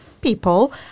people